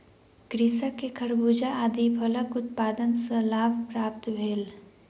कृषक के खरबूजा आदि फलक उत्पादन सॅ लाभ प्राप्त भेल